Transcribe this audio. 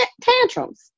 tantrums